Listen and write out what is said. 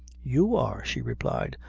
you are! she replied,